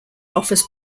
offers